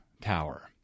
Tower